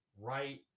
right